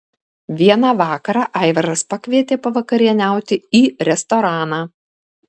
vieną vakarą aivaras pakvietė pavakarieniauti į restoraną